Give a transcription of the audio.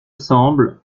semble